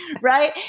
right